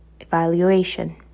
evaluation